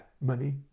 money